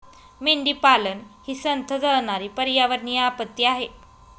मेंढीपालन ही संथ जळणारी पर्यावरणीय आपत्ती आहे